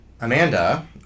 Amanda